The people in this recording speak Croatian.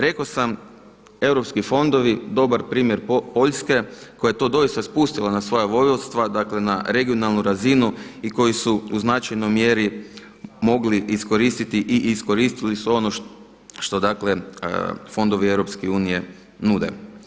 Rekao sam europski fondovi, dobar primjer Poljske koja je to doista spustila na svoja vojvodstva dakle, na regionalnu razinu i koji su u značajnoj mjeri mogli iskoristiti i iskoristili su ono što dakle fondovi Europske unije nude.